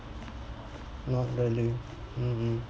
not really mmhmm